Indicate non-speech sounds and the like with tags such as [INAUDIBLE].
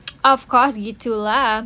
[NOISE] of course we gitu lah